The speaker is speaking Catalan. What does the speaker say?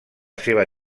seva